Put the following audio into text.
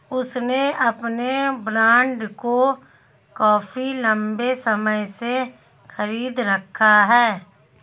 उसने अपने बॉन्ड को काफी लंबे समय से खरीद रखा है